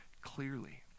clearly